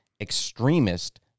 extremist